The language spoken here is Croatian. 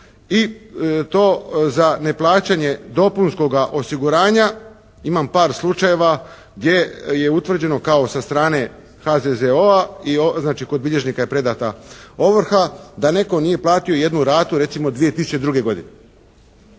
i to za neplaćanje dopunskoga osiguranja. Imam par slučajeva gdje je utvrđeno kao sa strane HZZO-a i znači kod bilježnika je predana ovrha da netko nije platio jednu ratu recimo 2002. godine.